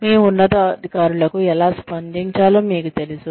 మీ ఉన్నతాధికారులకు ఎలా స్పందించాలో మీకు తెలుసు